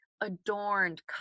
adorned